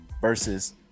versus